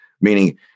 meaning